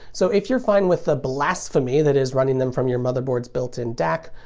so if you're fine with the blasphemy that is running them from your motherboard's built-in dac,